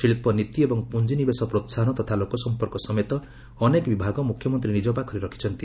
ଶିଳ୍ପ ନୀତି ଏବଂ ପୁଞ୍ଜି ନିବେଶ ପ୍ରୋହାହନ ତଥା ଲୋକସଂପର୍କ ସମେତ ଅନେକ ବିଭାଗ ମୁଖ୍ୟମନ୍ତ୍ରୀ ନିଜ ପାଖରେ ରଖିଛନ୍ତି